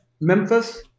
Memphis